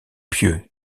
pieux